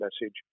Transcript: message